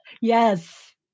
Yes